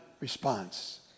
response